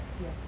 Yes